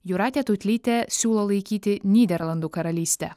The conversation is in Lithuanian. jūratė tutlytė siūlo laikyti nyderlandų karalystę